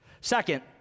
Second